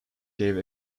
gave